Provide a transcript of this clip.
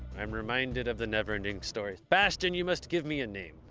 i'm reminded of the never ending story. bastian, you must give me a name!